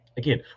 Again